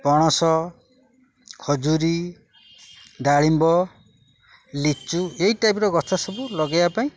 ପଣସ ଖଜୁରୀ ଡାଳିମ୍ବ ଲିଚୁ ଏଇ ଟାଇପର ଗଛ ସବୁ ଲଗେଇବା ପାଇଁ